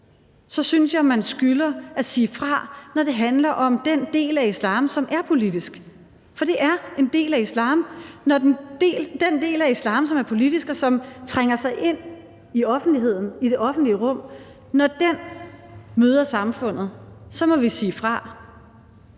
så synes jeg, man skylder at sige fra, når det handler om den del af islam, som er politisk, for det er en del af islam. Når den del af islam, som er politisk, og som trænger sig ind i offentligheden og i det offentlige rum, møder samfundet, må vi sige fra.